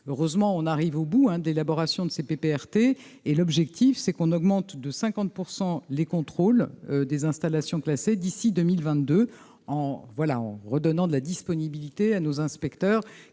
heureusement on arrive au bout, hein, d'élaboration de ces PPRT et l'objectif, c'est qu'on augmente de 50 pourcent les contrôles des installations classées, d'ici 2000 22 ans, voilà en redonnant de la disponibilité à nos inspecteurs